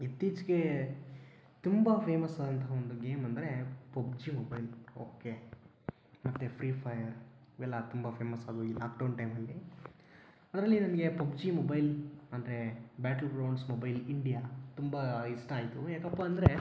ಇತ್ತೀಚೆಗೆ ತುಂಬ ಫೇಮಸ್ ಆದಂತಹ ಒಂದು ಗೇಮ್ ಅಂದರೆ ಪಬ್ಜಿ ಮೊಬೈಲ್ ಓಕೆ ಮತ್ತು ಫ್ರೀ ಫೈರ್ ಅವೆಲ್ಲ ತುಂಬ ಫೇಮಸ್ ಅದು ಈ ಲಾಕ್ಡೌನ್ ಟೈಮಲ್ಲಿ ಅದರಲ್ಲಿ ನನಗೆ ಪಬ್ಜಿ ಮೊಬೈಲ್ ಅಂದರೆ ಬ್ಯಾಟಲ್ ಗ್ರೌಂಡ್ಸ್ ಮೊಬೈಲ್ ಇಂಡಿಯಾ ತುಂಬ ಇಷ್ಟ ಆಯಿತು ಯಾಕಪ್ಪ ಅಂದರೆ